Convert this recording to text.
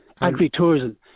Agri-tourism